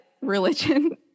Religion